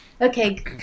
okay